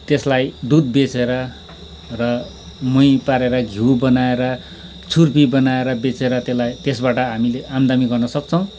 त्यसलाई दुध बेचेर र मोही पारेर घिउ बनाएर छुर्पी बनाएर बेचेर त्यसलाई त्यसबाट हामीले आमदानी गर्नसक्छौँ